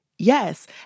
Yes